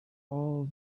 all